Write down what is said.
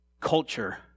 culture